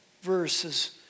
verses